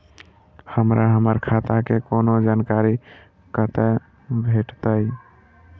हमरा हमर खाता के कोनो जानकारी कतै भेटतै?